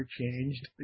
changed